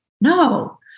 No